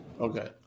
Okay